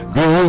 go